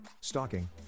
stalking